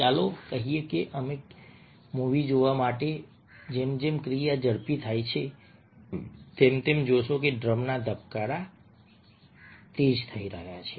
ચાલો કહીએ કે અમે મૂવી જોવા માટે જેમ જેમ ક્રિયા ઝડપી થાય છે તેમ તમે જોશો કે ડ્રમના ધબકારા તેજ થઈ રહ્યા છે